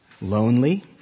Lonely